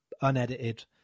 unedited